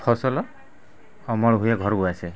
ଫସଲ ଅମଳ ହୁଏ ଘରକୁ ଆସେ